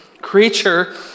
creature